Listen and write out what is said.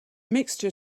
mixture